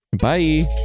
bye